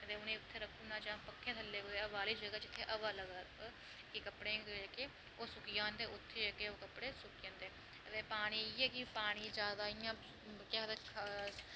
अते उ'नें ई उत्थै रक्खी ओड़ना जां पक्खे थल्लै कुतै हवा आह्ली जगह् जित्थै हवा लग्गै कि कपड़े जेह्के ओह् सुक्की जान उत्थै जेह्केओह् कपड़े ओह् सुक्की जंदे न अते पानी इ'यै कि पानियै जैदा इ'यां केह् आखदे